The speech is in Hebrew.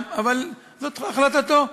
אבל זאת החלטתו.